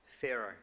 Pharaoh